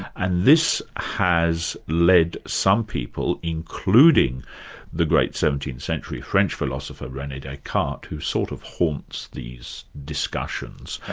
and this has led some people, including the great seventeenth century french philosopher, rene descartes, who sort of haunts these discussions.